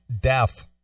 death